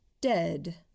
Dead